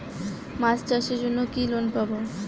মাছ চাষের জন্য কি লোন পাব?